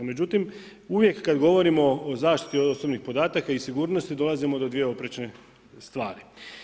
Međutim, uvijek kad govorimo o zaštiti osobnih podataka i sigurnosti, dolazimo do dvije oprečne stvari.